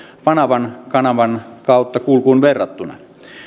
panaman kanavan kautta kulkuun verrattuna